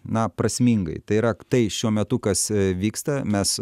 na prasmingai tai yra tai šiuo metu kas vyksta mes